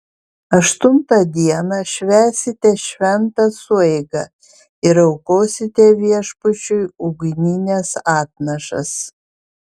aštuntą dieną švęsite šventą sueigą ir aukosite viešpačiui ugnines atnašas